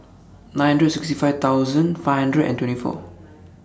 nine hundred and sixty five thousand five hundred and twenty four